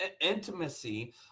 intimacy